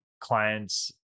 clients